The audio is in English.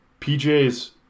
PJ's